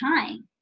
time